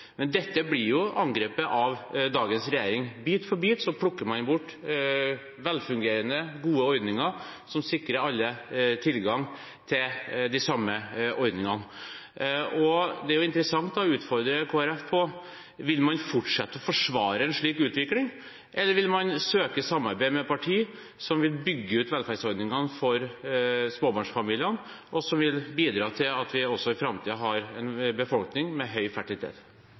Men dette blir angrepet av dagens regjering. Bit for bit plukker man bort velfungerende, gode ordninger – ordninger som alle er sikret tilgang til. Det er interessant å utfordre Kristelig Folkeparti på om man vil fortsette å forsvare en slik utvikling, eller om man vil søke samarbeid med partier som vil bygge ut velferdsordningene for småbarnsfamiliene, og som vil bidra til at vi også i framtiden har en befolkning med høy